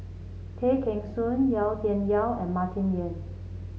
Tay Kheng Soon Yau Tian Yau and Martin Yan